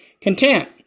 content